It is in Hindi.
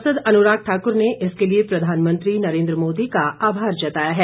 सांसद अनुराग ठाक्र ने इसके लिए प्रधानमंत्री नरेंद्र मोदी का आभार जताया है